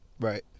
Right